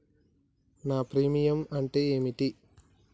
నా ప్రీమియం అంటే ఏమిటి?